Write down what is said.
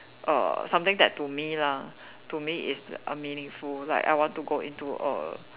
err something that to me lah to me is meaningful like I want to go into err